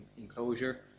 enclosure